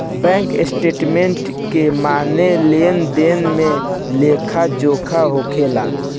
bank statement के माने लेन देन के लेखा जोखा होखेला